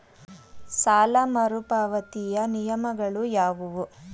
ಸಾಲ ಮರುಪಾವತಿಯ ನಿಯಮಗಳು ಯಾವುವು?